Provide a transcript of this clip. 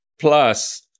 plus